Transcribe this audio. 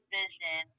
vision